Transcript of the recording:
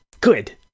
good